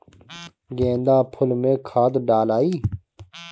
गेंदा फुल मे खाद डालाई?